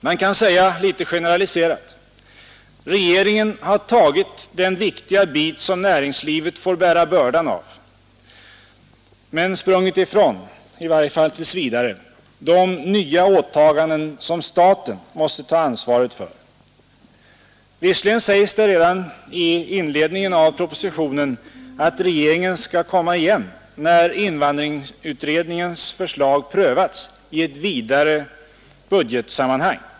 Man kan litet generaliserat säga: Regeringen har tagit den viktiga bit som näringslivet får bära bördan av men sprungit ifrån — i varje fall tills vidare — de nya åtaganden som staten måste ta ansvaret för. Visserligen sägs det redan i inledningen av propositionen att regeringen skall komma igen när invandrarutredningens förslag prövats i ett vidare budgetsammanhang.